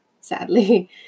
sadly